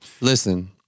Listen